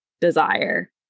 desire